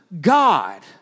God